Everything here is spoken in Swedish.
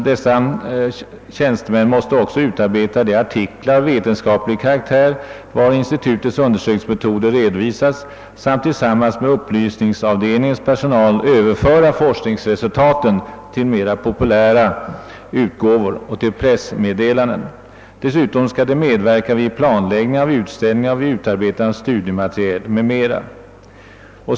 Dessa tjänstemän måste också utarbeta de artiklar av vetenskaplig karaktär, vari institutets undersökningsmetoder redovisas, samt tillsammans med upplysningsav delningens personal överföra forskningsresultaten till mera populära publikationer och till pressmeddelanden. Dessutom skall de medverka vid planläggningen av utställningar och vid utarbetandet av <studiemateriel om.m.